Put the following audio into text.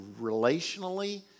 relationally